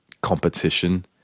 competition